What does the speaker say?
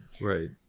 Right